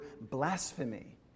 blasphemy